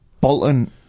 Bolton